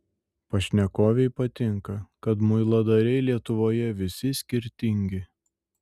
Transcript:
pašnekovei patinka kad muiladariai lietuvoje visi skirtingi